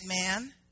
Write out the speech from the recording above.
man